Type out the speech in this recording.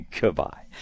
goodbye